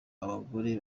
abagore